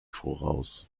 voraus